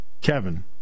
Kevin